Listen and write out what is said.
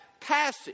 Passage